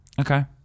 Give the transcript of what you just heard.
Okay